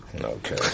Okay